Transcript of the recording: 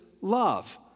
love